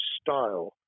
style